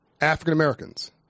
African-Americans